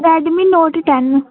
Redmi note ten